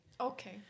okay